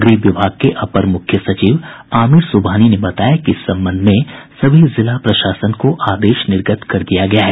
गृह विभाग के अपर मुख्य सचिव आमिर सुबहानी ने बताया कि इस संबंध में सभी जिला प्रशासन को आदेश निर्गत कर दिया गया है